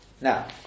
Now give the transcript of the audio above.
Now